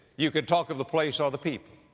you could talk of the place or the people.